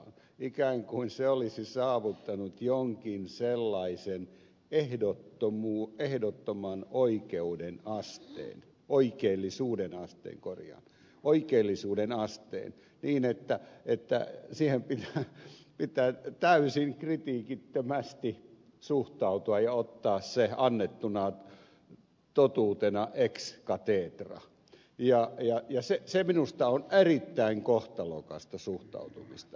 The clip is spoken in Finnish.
ikään kuin se olisi saavuttanut jonkin sellaisen ehdottoman oikeuden haasteen oikeellisuuden asteen korjaa oikeellisuuden asteen niin että siihen pitää täysin kritiikittömästi suhtautua ja ottaa se annettuna totuutena ex cathedra ja se on minusta erittäin kohtalokasta suhtautumista